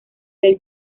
del